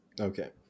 Okay